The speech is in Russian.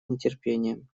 нетерпением